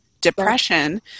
depression